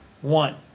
One